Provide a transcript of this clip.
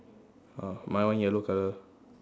uh my one yellow colour